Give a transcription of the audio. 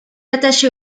attaché